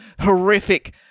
horrific